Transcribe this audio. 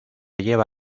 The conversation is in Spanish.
lleva